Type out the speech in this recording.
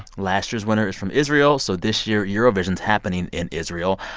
last year's winner is from israel. so this year, eurovision is happening in israel.